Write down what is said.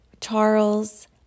Charles